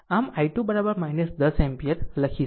આમ I2 10 ampere લખી શકે છે